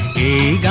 a